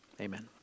Amen